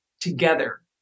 Together